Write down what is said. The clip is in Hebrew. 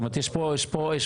יש פה ערך.